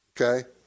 okay